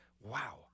wow